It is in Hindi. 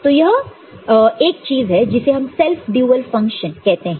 तो एक चीज है जिसे हम सेल्फ ड्यूल फंक्शन कहते हैं